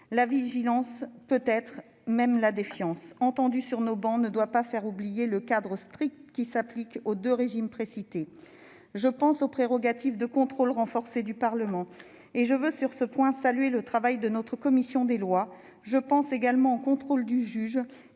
La vigilance, peut-être même la défiance, qui se manifeste sur nos travées, ne doit pas faire oublier le cadre strict qui s'applique aux deux régimes précités. Je pense aux prérogatives de contrôle renforcées du Parlement, et je veux, sur ce point, saluer le travail de notre commission des lois. Je pense également au contrôle du juge,